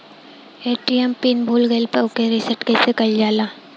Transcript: ATM pin भूल गईल पर ओके रीसेट कइसे कइल जाला?